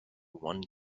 one